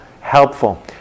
helpful